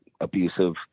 abusive